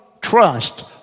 trust